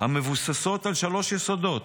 המבוססות על שלושה יסודות: